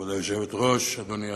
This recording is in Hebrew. כבוד היושבת-ראש, אדוני השר.